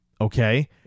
Okay